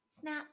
snap